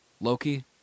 Loki